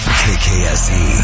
kkse